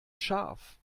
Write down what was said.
scharf